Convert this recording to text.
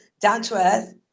down-to-earth